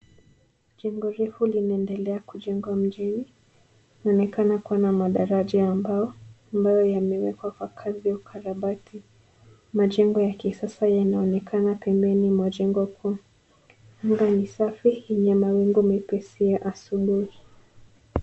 Jengo refu linaendelea kujengwa mjini, linaonekana kuwa na madaraja ya mbao ambayo yamewekwa kwa kazi ya ukarabati. Majengo ya kisasa yanaonekana pembeni mwa jengo kuu. Anga ni safi yenye mawingu mepesi ya asubuhi.